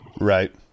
Right